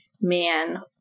man